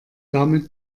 damit